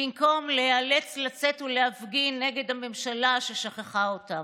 במקום להיאלץ לצאת ולהפגין נגד הממשלה ששכחה אותם.